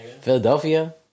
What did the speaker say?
Philadelphia